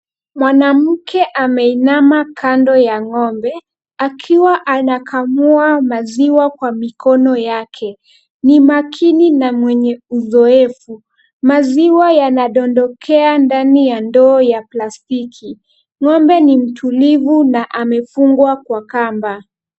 Mwanamke ameinama kando ya ng'ombe, akiwa anakamua maziwa kwa mikono yake, ni makini na mwenye uzoefu. Maziwa yanadondokea ndani ya ndoo ya plastiki. Ng'ombe ni mtulivu na amefungwa kwa kamba.